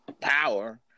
power